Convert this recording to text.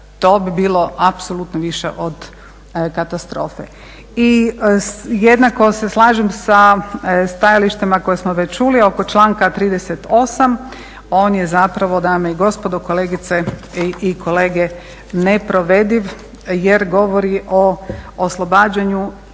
To bi bilo apsolutno više od katastrofe. I jednako se slažem sa stajalištima koja smo već čuli oko članka 38. on je zapravo dame i gospodo, kolegice i kolege neprovediv jer govori o oslobađanju